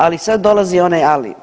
Ali sad dolazi onaj ali.